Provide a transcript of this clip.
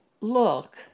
look